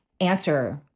answer